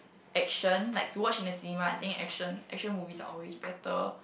action like to watch in the cinema I think action action movies are always better